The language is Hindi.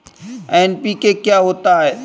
एन.पी.के क्या होता है?